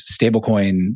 stablecoin